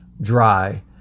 dry